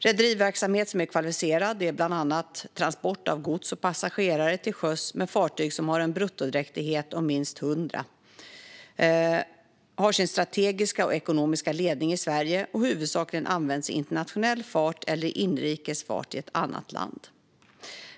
Rederiverksamhet som är kvalificerad är bland annat transport av gods och passagerare till sjöss med fartyg som har en bruttodräktighet om minst 100, har sin strategiska och ekonomiska ledning i Sverige och huvudsakligen används i internationell fart eller i inrikes fart i ett annat land.